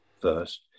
first